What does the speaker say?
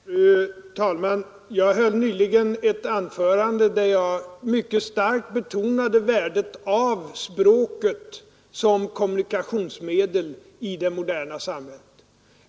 Fru talman! Jag höll nyligen ett anförande, där jag mycket starkt betonade värdet av språket som kommunikationsmedel i det moderna samhället.